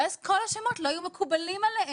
ואז כל השמות לא היו מקובלים עליהם.